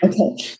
Okay